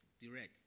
direct